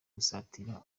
gusatira